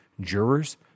jurors